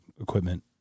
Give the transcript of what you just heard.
equipment